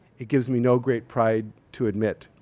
it gives me no great pride to admit.